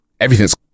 everything's